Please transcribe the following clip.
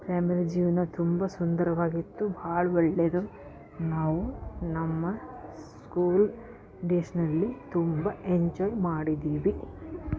primary ಜೀವನ ತುಂಬ ಸುಂದರವಾಗಿತ್ತು ಭಾಳ ಒಳ್ಳೆದು ನಾವು ನಮ್ಮ ಸ್ಕೂಲ್ ಡೇಸ್ನಲ್ಲಿ ತುಂಬ ಎಂಜಾಯ್ ಮಾಡಿದ್ದೀವಿ